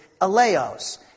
aleos